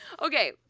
Okay